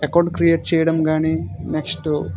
account create చేయడం కానీ next